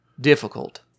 difficult